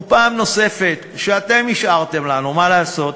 ופעם נוספת שאתם השארתם לנו, מה לעשות,